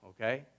okay